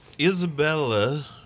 Isabella